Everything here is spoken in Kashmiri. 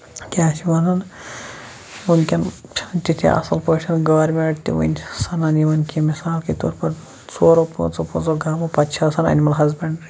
کیاہ چھِ وَنان ؤنکین تیٖتیاہ اَصٕل پٲٹھۍ گورمینٹ تہِ ؤنکین سنان یِمن کیٚنٛہہ مِثال کے طور پر ژورو پانٛژہو گامو پَتہٕ چھِ آسان اینمٔل ہسبنڈری